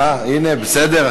אה, הנה, בסדר?